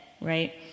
right